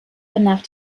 danach